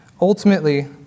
Ultimately